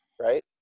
right